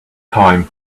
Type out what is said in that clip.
time